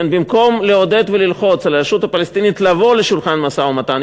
במקום לעודד וללחוץ על הרשות הפלסטינית לבוא לשולחן המשא-ומתן,